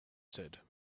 said